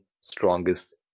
strongest